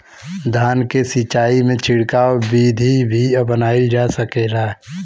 धान के सिचाई में छिड़काव बिधि भी अपनाइल जा सकेला?